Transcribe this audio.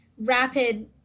rapid